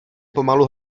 pomalu